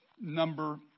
number